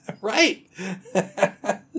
Right